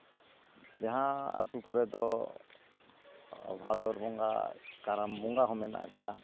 ᱡᱟᱦᱟᱸ ᱟᱛᱳ ᱠᱚᱨᱮ ᱫᱚ ᱵᱷᱟᱫᱚᱨ ᱵᱚᱸᱜᱟ ᱠᱟᱨᱟᱢ ᱵᱚᱸᱜᱟ ᱦᱚᱸ ᱢᱮᱱᱟᱜ ᱠᱟᱫᱼᱟ